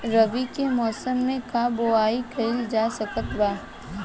रवि के मौसम में का बोआई कईल जा सकत बा?